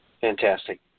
Fantastic